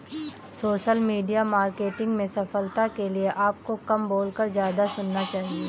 social media marketing में सफलता के लिए आपको कम बोलकर ज्यादा सुनना चाहिए